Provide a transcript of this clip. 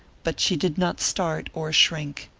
but she did not start or shrink.